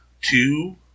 two